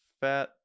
fat